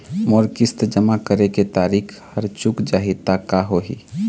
मोर किस्त जमा करे के तारीक हर चूक जाही ता का होही?